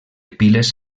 piles